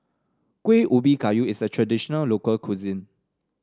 Kuih Ubi Kayu is a traditional local cuisine